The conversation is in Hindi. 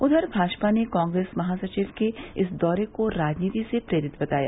उधर भाजपा ने कांग्रेस महासचिव के इस दौरे को राजनीति से प्रेरित बताया